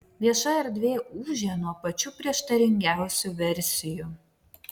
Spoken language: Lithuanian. vieša erdvė ūžia nuo pačių prieštaringiausių versijų